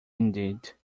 indeed